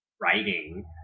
writing